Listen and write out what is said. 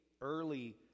early